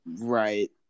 right